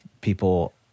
people